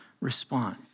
response